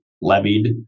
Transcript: levied